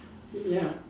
ya